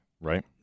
right